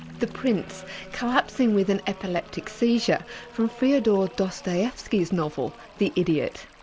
the prince collapsing with an epileptic seizure from fyodor dostoevsky's novel the idiot.